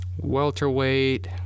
Welterweight